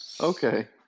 Okay